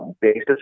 basis